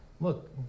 Look